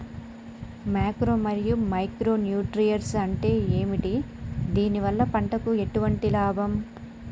Macro మరియు micro nutrients అంటే ఏమిటి? దీనివల్ల పంటకు ఎటువంటి లాభం?